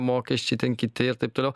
mokesčiai ten kiti ir taip toliau